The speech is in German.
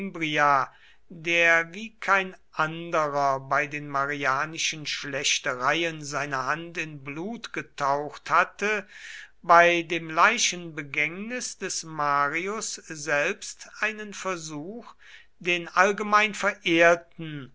der wie kein anderer bei den marianischen schlächtereien seine hand in blut getaucht hatte bei dem leichenbegängnis des marius selbst einen versuch den allgemein verehrten